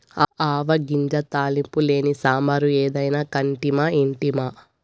ఆవ గింజ తాలింపు లేని సాంబారు ఏదైనా కంటిమా ఇంటిమా